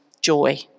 joy